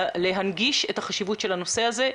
להנגיש את החשיבות של הנושא הזה.